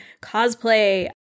cosplay